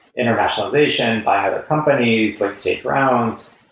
internationalization by other companies, like state grounds,